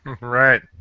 right